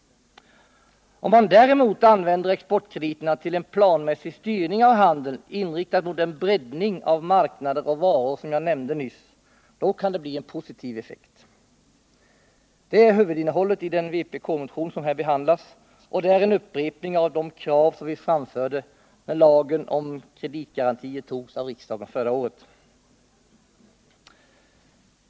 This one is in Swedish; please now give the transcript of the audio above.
Om man däremot använder exportkrediterna till en planmässig styrning av handeln inriktad mot den breddning av marknader och varor, som jag nämnde nyss, så kan det bli en positiv effekt. Det är huvudinnehållet i den vpk-motion som här behandlas, och det är en upprepning av de krav som vi framförde när lagen om kreditgarantier togs av riksdagen förra året.